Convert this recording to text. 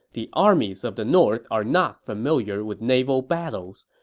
the armies of the north are not familiar with naval battles,